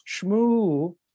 Shmoo